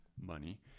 money